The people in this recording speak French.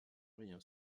rien